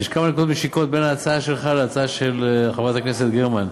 יש כמה נקודות משיקות בין ההצעה שלך להצעה של חברת הכנסת גרמן.